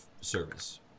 service